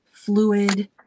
Fluid